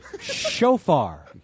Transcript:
shofar